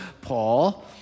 Paul